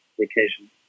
vacation